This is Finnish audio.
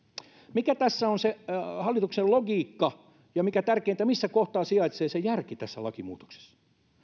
mikä tässä on se hallituksen logiikka ja mikä tärkeintä missä kohtaa sijaitsee se järki tässä lakimuutoksessa